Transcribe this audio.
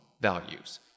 values